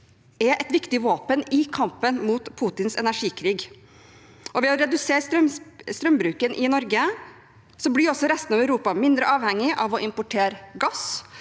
er et viktig våpen i kampen mot Putins energikrig. Ved å redusere strømbruken i Norge blir også resten av Europa mindre avhengig av å importere gass.